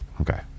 Okay